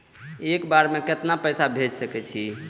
एक बार में केतना पैसा भेज सके छी?